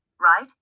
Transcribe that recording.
right